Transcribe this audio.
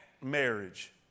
marriage